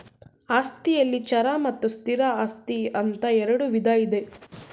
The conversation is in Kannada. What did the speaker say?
ಆಸ್ತಿಯಲ್ಲಿ ಚರ ಮತ್ತು ಸ್ಥಿರ ಆಸ್ತಿ ಅಂತ ಇರುಡು ವಿಧ ಇದೆ